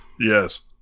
Yes